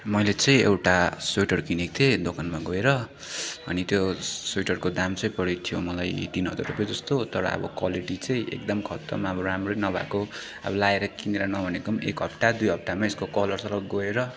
मैले चाहिँ एउटा स्वेटर किनेको थिएँ दोकानमा गएर अनि त्यो स्वेटरको दाम चाहिँ परेको थियो मलाई तिन हजार रुपियाँ जस्तो तर अब क्वालिटी चाहिँ एकदम खत्तम अब राम्रै नभएको अब लगाएर किनेर नभनेको पनि एक हप्ता दुई हप्तामा यसको कलरसलर गएर